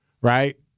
right